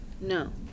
No